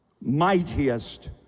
mightiest